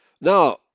Now